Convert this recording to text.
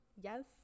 yes